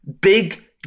big